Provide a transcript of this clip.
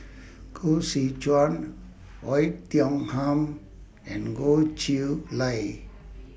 Koh Seow Chuan Oei Tiong Ham and Goh Chiew Lye